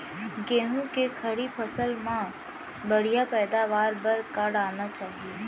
गेहूँ के खड़ी फसल मा बढ़िया पैदावार बर का डालना चाही?